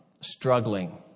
struggling